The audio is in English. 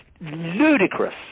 ludicrous